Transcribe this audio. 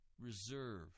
reserve